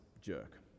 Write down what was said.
jerk